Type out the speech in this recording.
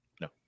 No